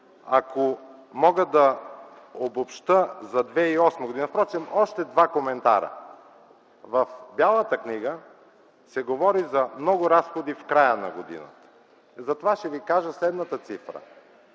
Ако мога да обобщя за 2008 г. ... Впрочем още два коментара. В Бялата книга се говори за много разходи в края на годината. Затова ще ви кажа следната цифра: